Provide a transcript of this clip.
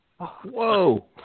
Whoa